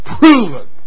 proven